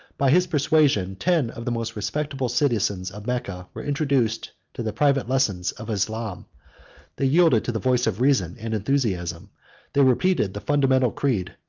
by his persuasion, ten of the most respectable citizens of mecca were introduced to the private lessons of islam they yielded to the voice of reason and enthusiasm they repeated the fundamental creed,